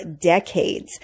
decades